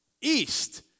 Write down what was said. east